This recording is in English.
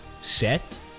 set